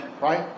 Right